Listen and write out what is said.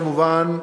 כמובן,